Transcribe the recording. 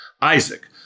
Isaac